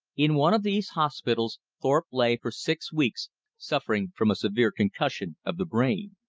in one of these hospitals thorpe lay for six weeks suffering from a severe concussion of the brain.